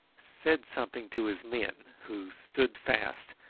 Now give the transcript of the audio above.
said something to his men, who stood fast,